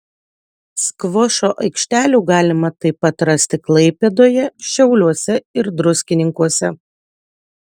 skvošo aikštelių galima taip pat rasti klaipėdoje šiauliuose ir druskininkuose